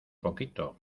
poquito